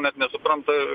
net nesupranta